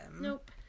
Nope